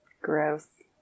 Gross